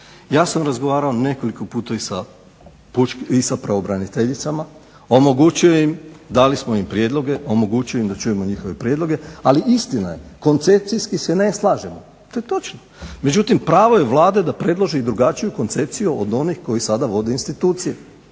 ja sam razgovarao nekoliko puta i sa pravobraniteljicama, dali smo im prijedloge, omogućili im da čujemo njihove prijedloge ali istina je, koncepcijski se ne slažemo, to je točno. Međutim, pravo je Vlade da predloži drugačiju koncepciju od onih koji sada vode institucije.